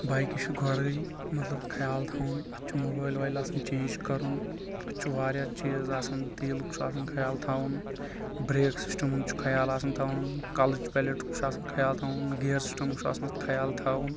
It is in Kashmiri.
بایکہِ چھ گۄڈے مطلب خیال تھاوُن اَتھ چھُ مُبایل اویل چینج کرُن اَتھ چھُ واریاہ چیٖز آسان تیٖلُک چھُ آسان خیال تھاوُن بریک سِسٹمن ہُنٛد چھُ خیال آسان تھاوُن کلٔچ پلیٹُک چھُ آسان خیال تھاوُن گیر سِسٹمُک چھُ اتھ منٛز خیال تھاوُن